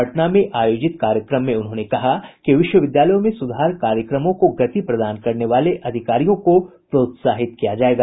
पटना में आयोजित कार्यक्रम में उन्होंने कहा कि विश्वविद्यालयों में सुधार कार्यक्रमों को गति प्रदान करने वाले अधिकारियों को प्रोत्साहित किया जायेगा